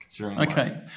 Okay